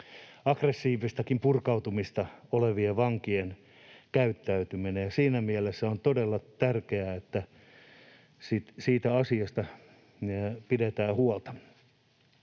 aggressiivistakin purkautumista oleva käyttäytyminen. Siinä mielessä on todella tärkeää, että siitä asiasta pidetään huolta.